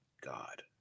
God